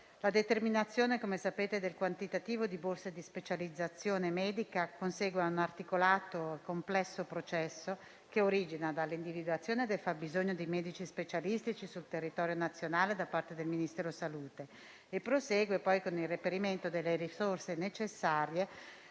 la determinazione del quantitativo di borse di specializzazione medica consegue a un articolato e complesso processo, che origina dalla individuazione del fabbisogno di medici specialistici sul territorio nazionale da parte del Ministero della salute e prosegue poi con il reperimento delle risorse necessarie,